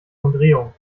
umdrehung